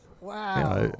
Wow